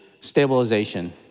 stabilization